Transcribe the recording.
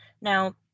now